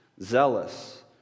zealous